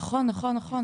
נכון, נכון.